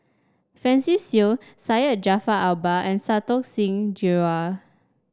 Francis Seow Syed Jaafar Albar and Santokh Singh Grewal